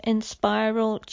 Inspiral